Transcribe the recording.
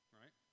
right